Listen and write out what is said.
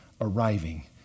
arriving